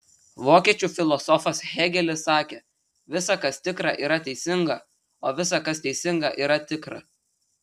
vokiečių filosofas hėgelis sakė visa kas tikra yra teisinga o visa kas teisinga yra tikra